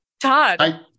Todd